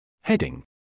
Heading